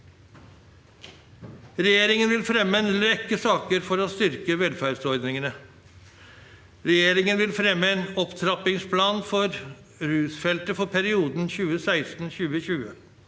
Regjeringen vil fremme en rekke saker for å styrke velferdsordningene. Regjeringen vil fremme en opptrappingsplan for rusfeltet for perioden 2016–2020.